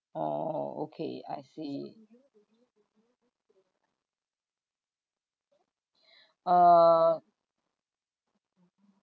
oh okay I see uh